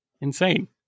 insane